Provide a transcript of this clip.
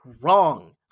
wrong